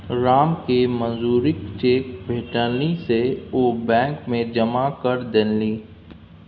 रामकेँ जे मजूरीक चेक भेटलनि से ओ बैंक मे जमा करा देलनि